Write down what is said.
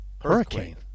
hurricane